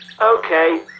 Okay